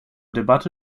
debatte